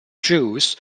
choose